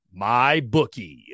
MyBookie